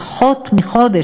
לפני פחות מחודש,